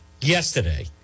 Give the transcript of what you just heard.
yesterday